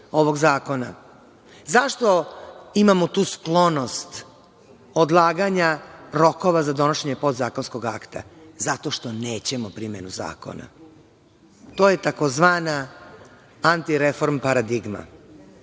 ovog zakona.Zašto imamo tu sklonost odlaganja rokova za donošenje podzakonskih akata? Zato što nećemo primenu zakona. To je tzv. antireform paradigma.